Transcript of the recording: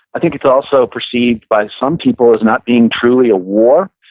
i think it's also perceived by some people as not being truly a war.